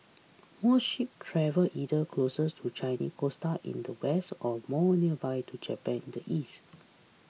most ships travel either closer to the Chinese coast in the west or more nearby to Japan in the east